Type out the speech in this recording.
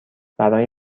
برای